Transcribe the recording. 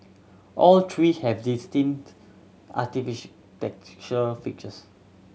all three have distinct features